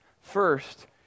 First